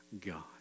God